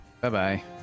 bye-bye